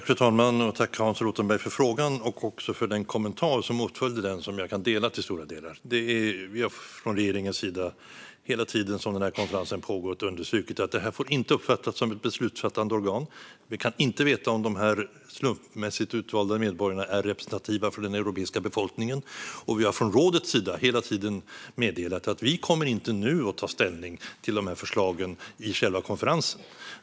Fru talman! Jag tackar Hans Rothenberg för frågan och för den åtföljande kommentaren, som jag till stora delar kan instämma i. Vi har från regeringens sida, hela den tid som konferensen pågått, understrukit att den inte får uppfattas som ett beslutsfattande organ. Vi kan inte veta om de slumpmässigt utvalda medborgarna är representativa för den europeiska befolkningen, och vi har från rådets sida hela tiden meddelat att vi inte kommer att ta ställning till förslagen nu vid själva konferensen.